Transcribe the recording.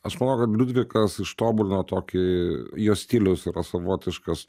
aš manau kad liudvikas ištobulino tokį jo stilius yra savotiškas